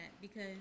because-